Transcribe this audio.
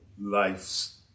life's